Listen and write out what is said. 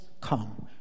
come